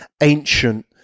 ancient